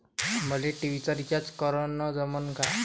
मले टी.व्ही चा रिचार्ज करन जमन का?